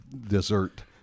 dessert